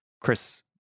Chris